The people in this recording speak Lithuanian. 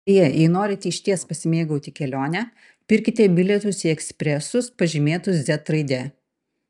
beje jei norite išties pasimėgauti kelione pirkite bilietus į ekspresus pažymėtus z raide